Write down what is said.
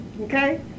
okay